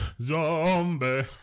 Zombie